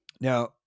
Now